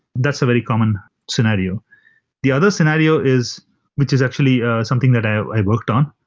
that's a very common scenario the other scenario is which is actually ah something that i worked on,